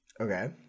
okay